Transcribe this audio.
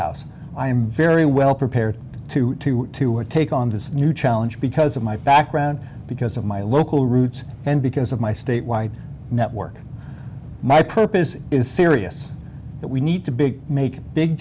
house i am very well prepared to do to her take on this new challenge because of my fact ground because of my local roots and because of my state wide network my purpose is serious that we need to big make big